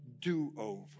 do-over